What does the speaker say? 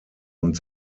und